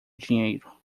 dinheiro